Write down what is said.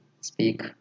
speak